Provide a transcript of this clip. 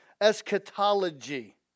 Eschatology